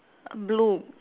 blue